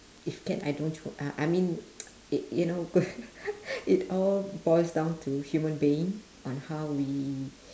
if can I don't throw uh I mean y~ you know it all boils down to human being on how we